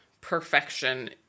perfection